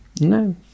No